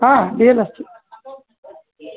हा भेदः अस्ति